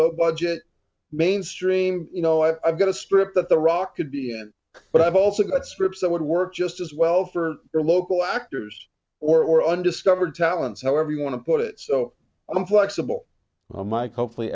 low budget mainstream you know i've got a script that the rock could be and but i've also got scripts that would work just as well for your local actors or undiscovered talents however you want to put it so i'm flexible mike hopefully